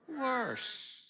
worse